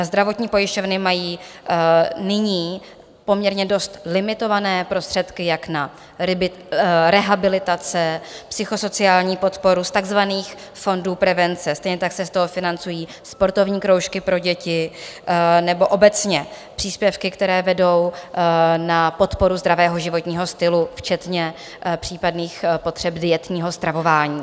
Zdravotní pojišťovny mají nyní poměrně dost limitované prostředky jak na rehabilitace, psychosociální podporu z takzvaných fondů prevence, stejně tak se z toho financují sportovní kroužky pro děti nebo obecně příspěvky, které vedou na podporu zdravého životního stylu včetně případných potřeb dietního stravování.